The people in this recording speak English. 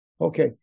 Okay